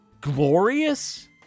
Glorious